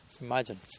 Imagine